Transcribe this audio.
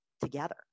together